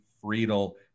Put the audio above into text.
Friedel